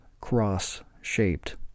cross-shaped